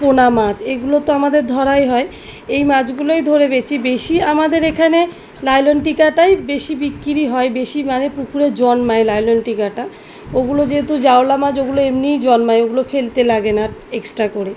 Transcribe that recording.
পোনা মাছ এগুলো তো আমাদের ধরাই হয় এই মাছগুলোই ধরে বেশি আমাদের এখানে লাইলনটিকাটাই বেশি বিক্রি হয় বেশি মানে পুকুরে জন্মায় লাইলনটিকাটা ওগুলো যেহেতু জাওলা মাছ ওগুলো এমনিই জন্মায় ওগুলো ফেলতে লাগে না এক্সট্রা করে